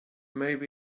maybe